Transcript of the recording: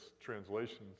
translations